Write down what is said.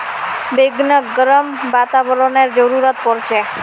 बैगनक गर्म वातावरनेर जरुरत पोर छेक